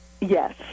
Yes